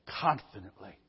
confidently